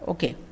Okay